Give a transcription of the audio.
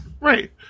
Right